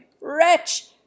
wretch